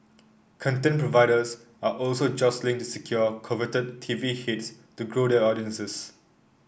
content providers are also jostling to secure coveted T V hits to grow their audiences